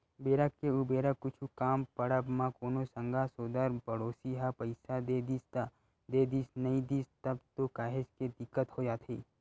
बेरा के उबेरा कुछु काम पड़ब म कोनो संगा सोदर पड़ोसी ह पइसा दे दिस त देदिस नइ दिस तब तो काहेच के दिक्कत हो जाथे